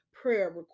prayer